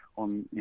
on